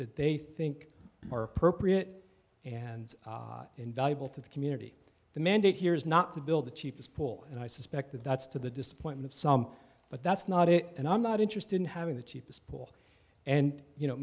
that they think are appropriate and invaluable to the community the mandate here is not to build the cheapest pool and i suspect that that's to the disappointment of some but that's not it and i'm not interested in having the cheapest pool and you know